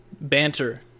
Banter